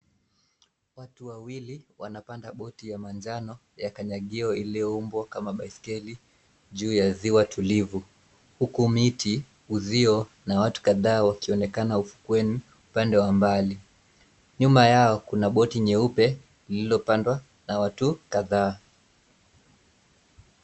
Watu wawili wanapanda boti ya manjano ya kanyagio iliyoumbwa kama baiskeli juu ya ziwa tulivu huku miti, uzio na watu kadhaa wakionekana ufukweni upande wa mbali. Nyuma yao kuna boti nyeupe lililopandwa na watu kadhaa.